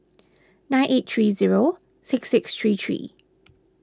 nine eight three zero six six three three